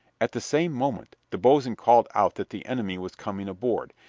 at the same moment the boatswain called out that the enemy was coming aboard,